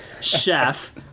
Chef